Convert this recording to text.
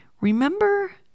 Remember